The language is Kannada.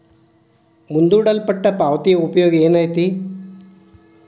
ಮುಂದೂಡಲ್ಪಟ್ಟ ಪಾವತಿಯ ಉಪಯೋಗ ಏನೈತಿ